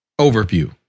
Overview